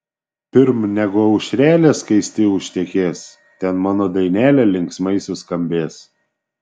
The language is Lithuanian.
pirm negu aušrelė skaisti užtekės ten mano dainelė linksmai suskambės